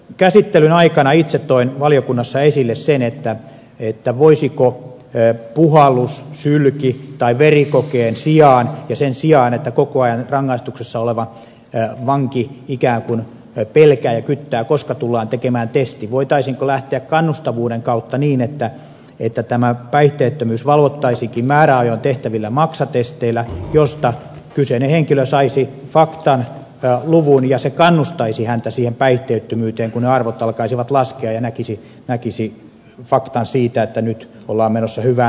tuossa käsittelyn aikana itse toin valiokunnassa esille sen voitaisiinko puhallus sylki tai verikokeen sijaan ja sen sijaan että koko ajan rangaistuksessa oleva vanki ikään kuin pelkää ja kyttää koska tullaan tekemään testi lähteä kannustavuuden kautta niin että tämä päihteettömyys valvottaisiinkin määräajoin tehtävillä maksatesteillä joista kyseinen henkilö saisi faktan luvun ja se kannustaisi häntä siihen päihteettömyyteen kun ne arvot alkaisivat laskea ja näkisi faktan siitä että nyt ollaan menossa hyvään suuntaan